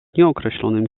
nieokreślonym